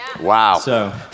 Wow